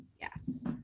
yes